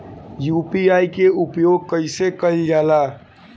UPI के उपयोग कइसे कइल जाला?